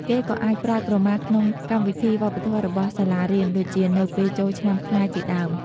គេក៏អាចប្រើក្រមាក្នុងកម្មវិធីវប្បធម៌របស់សាលារៀន ដូចជានៅពេលចូលឆ្នាំខ្មែរជាដើម។